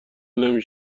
نمی